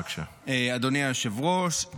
אדוני היושב-ראש.